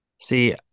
See